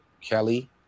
Kelly